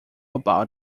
about